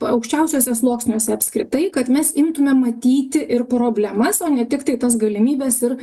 aukščiausiuose sluoksniuose apskritai kad mes imtume matyti ir problemas o ne tiktai tas galimybes ir